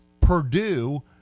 Purdue